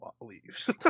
leaves